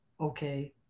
okay